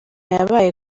yabaye